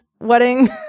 wedding